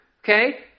okay